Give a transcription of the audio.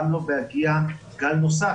גם לא בהגיע גל נוסף,